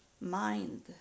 mind